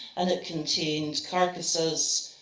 and it contained carcasses,